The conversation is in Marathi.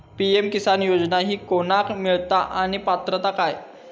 पी.एम किसान योजना ही कोणाक मिळता आणि पात्रता काय?